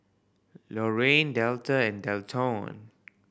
Lorrayne Delta and Delton